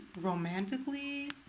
romantically